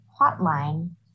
hotline